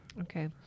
Okay